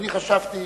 וחשבתי